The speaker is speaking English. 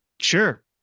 Sure